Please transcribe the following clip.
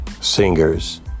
singers